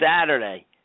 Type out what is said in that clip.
Saturday